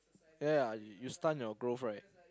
ya ya you stunt your growth right